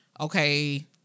okay